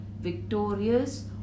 victorious